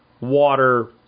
water